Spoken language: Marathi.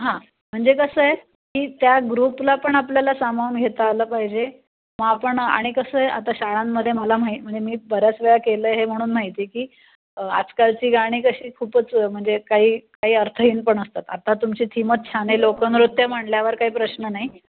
हां म्हणजे कसं आहे की त्या ग्रुपला पण आपल्याला सामावून घेता आलं पाहिजे मग आपण आणि कसं आहे आता शाळांमध्ये मला म्हाई म्हणजे मी बऱ्याच वेळा केलं हे म्हणून माहिती आहे की आजकालची गाणी कशी खूपच म्हणजे काही काही अर्थहीन पण असतात आता तुमची थीमच छान आहे लोकनृत्य म्हटल्यावर काही प्रश्न नाही